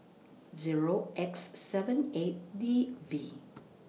Zero X seven eight D V